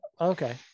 okay